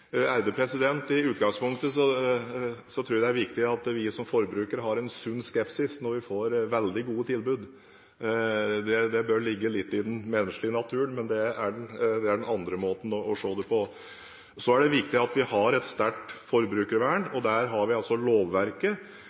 I utgangspunktet tror jeg det er viktig at vi som forbrukere har en sunn skepsis når vi får veldig gode tilbud. Det bør ligge litt i den menneskelige natur, men det er den andre måten å se det på. Så er det viktig at vi har et sterkt forbrukervern, og der har vi lovverket